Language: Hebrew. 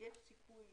שיש סיכוי